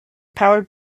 powered